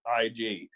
IG